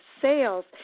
sales